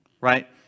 right